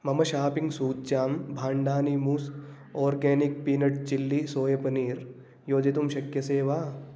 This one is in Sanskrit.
मम शापिङ्ग् सूच्यां भाण्डानि मूस् आर्गानिक् पीनट् चिल्ली सोयपनीर् योजितुं शक्यते वा